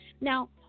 Now